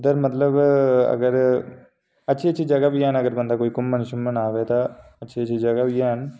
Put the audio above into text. उद्धर मतलब अगर अच्छी चीजां बी हैन अगर कोई बंदा घूमन शूमन आवै तां अच्छी चीजां बी हैन